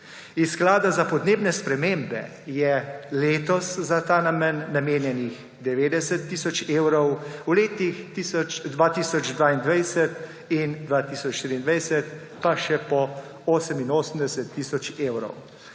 Iz sklada za podnebne spremembe je letos za ta namen namenjenih 90 tisoč evrov, v letih 2022 in 2024 pa še po 88 tisoč evrov.